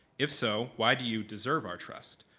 if so, why do you deserve our trust?